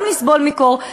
גם לסבול מקור,